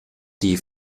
die